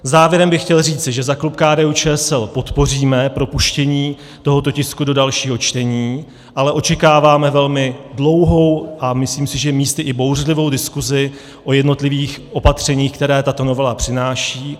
Závěrem bych chtěl říci, že za klub KDUČSL podpoříme propuštění tohoto tisku do dalšího čtení, ale očekáváme velmi dlouhou a myslím místy i bouřlivou diskuzi o jednotlivých opatřeních, která tato novela přináší.